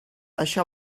això